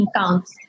counts